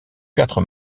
quatre